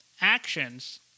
actions